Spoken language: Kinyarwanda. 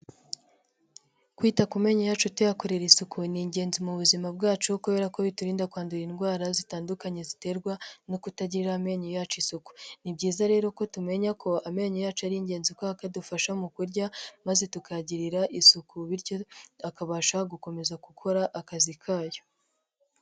Kwita ku menyo yacu tuyakorera isuku ni ingenzi mu buzima bwacu kubera ko biturinda kwandura indwara zitandukanye ziterwa no kutagirira amenyo yacu isuku, ni byiza rero ko tumenya ko amenyo yacu ari ingenzi kubera ko akadufasha mu kurya, maze tukayagirira isuku bityo akabasha gukomeza gukora akazi kayo.